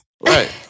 Right